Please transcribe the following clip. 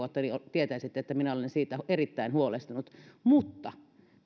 tietäisitte että minä olen siitä erittäin huolestunut mutta